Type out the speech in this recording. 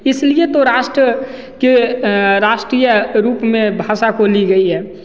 इसलिए तो राष्ट्र के राष्ट्रीय रूप में भाषा को ली गई है